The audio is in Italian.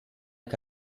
che